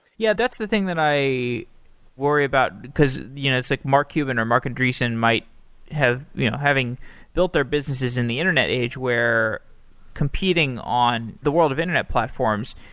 yeah, that's the thing that i worry about, because you know it's like mark cuban or mark endresen might have having built their businesses in the internet age where competing on the world of internet platforms.